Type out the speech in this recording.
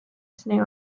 sitting